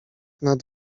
nad